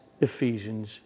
Ephesians